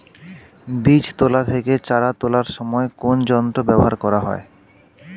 বীজ তোলা থেকে চারা তোলার সময় কোন যন্ত্র ব্যবহার করা হয়?